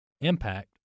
impact